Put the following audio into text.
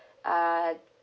uh